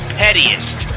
pettiest